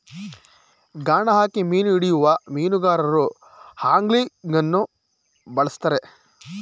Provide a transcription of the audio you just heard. ಗಾಣ ಹಾಕಿ ಮೀನು ಹಿಡಿಯುವ ಮೀನುಗಾರರು ಆಂಗ್ಲಿಂಗನ್ನು ಬಳ್ಸತ್ತರೆ